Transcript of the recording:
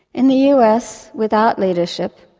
in the us, without leadership,